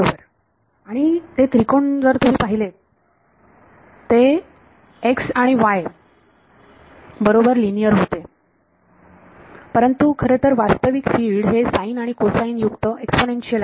बरोबर आणि ते त्रिकोण जर तुम्ही पाहिले ते x आणि y बरोबर लिनिअर होते परंतु खरेतर वास्तविक फिल्ड हे साईन आणि कोसाईन युक्त एक्सपोनेन्शियल आहे